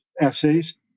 essays